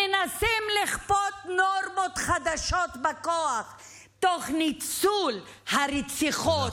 מנסים לכפות נורמות חדשות בכוח תוך ניצול הרציחות,